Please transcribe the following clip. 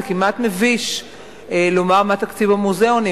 זה כמעט מביש לומר מה תקציב המוזיאונים,